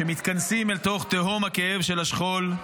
שמתכנסות לתוך תהום הכאב של השכול.